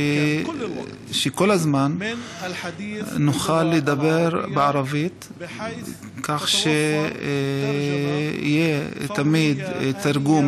שכל הזמן נוכל לדבר בערבית בכך שיהיה תמיד תרגום